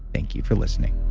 thank you for listening